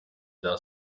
bya